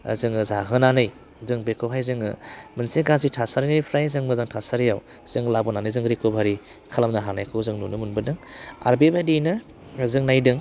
जोङो जाहोनानै जों बेखौहाय जोङो मोनसे गाज्रि थासारिनिफ्राय जों मोजां थासारियाव जों लाबोनानै जों रिक'भारि खालामनो हानायखौ जों नुनो मोनबोदों आरो बेबायदिनो जों नायदों